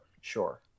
sure